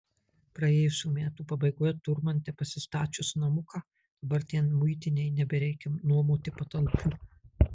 praėjusių metų pabaigoje turmante pasistačius namuką dabar ten muitinei nebereikia nuomoti patalpų